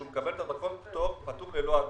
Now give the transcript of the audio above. שהוא מקבל את הדרכון פטור ללא אגרה.